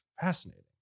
fascinating